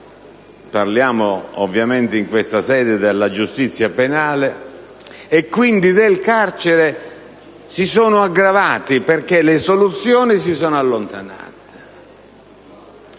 parliamo ovviamente in questa sede della giustizia penale - e quindi delle carceri si sono aggravati perché le soluzioni si sono da essi allontanate.